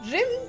Rim